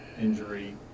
injury